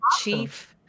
chief